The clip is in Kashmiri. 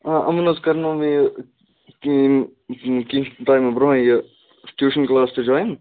آ یِمَن حظ کَرنو مےٚ یہِ کیٚنٛہہ کیٚنٛہہ ٹامہٕ برٛونٛہہ یہِ ٹیٛوٗشَن کٕلاس تہِ جۄایِن